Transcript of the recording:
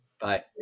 Bye